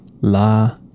La